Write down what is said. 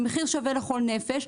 במחיר שווה לכל נפש,